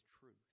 truth